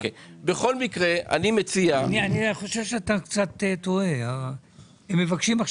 אני מניח שאתם לא מתכנסים הרבה פעמים ואמרים: בואו עכשיו